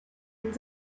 und